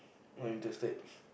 going to state